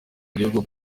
gihugu